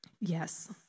Yes